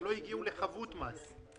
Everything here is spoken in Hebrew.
הם לא הגיעו לחבות מס.